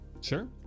Sure